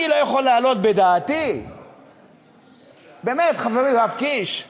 אני לא יכול להעלות בדעתי, באמת, חברי יואב קיש,